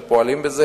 ופועלים בזה,